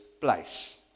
place